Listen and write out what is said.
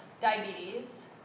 diabetes